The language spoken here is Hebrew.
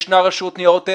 ישנה רשות לניירות ערך.